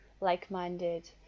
like-minded